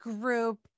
group